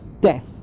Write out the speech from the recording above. death